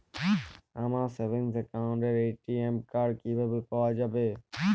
আমার সেভিংস অ্যাকাউন্টের ATM card কিভাবে পাওয়া যাবে?